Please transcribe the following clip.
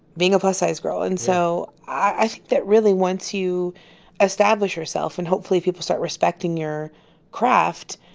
being a plus-sized girl. and so i think that really, once you establish yourself, and hopefully people start respecting your craft,